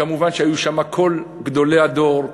כמובן שהיו שם כל גדולי הדור,